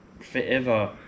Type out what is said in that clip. forever